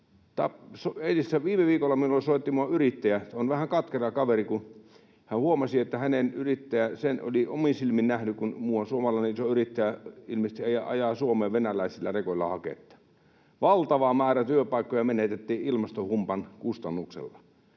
Viime viikolla minulle soitti muuan yrittäjä. On vähän katkera kaveri, kun hän oli omin silmin nähnyt, kun muuan suomalainen iso yrittäjä ilmeisesti ajaa Suomeen venäläisillä rekoilla haketta. Valtava määrä työpaikkoja menetettiin ilmastohumpan kustannuksella.